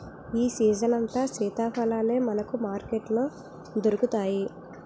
ఈ సీజనంతా సీతాఫలాలే మనకు మార్కెట్లో దొరుకుతాయి